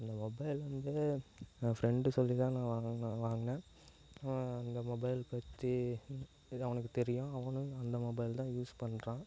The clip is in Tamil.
அந்த மொபைல் வந்து என் ஃப்ரெண்டு சொல்லி தான் நான் வாங்கினேன் வாங்கினேன் அந்த மொபைல் பற்றி இது அவனுக்கு தெரியும் அவனும் அந்த மொபைல் தான் யூஸ் பண்றான்